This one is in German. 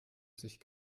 sich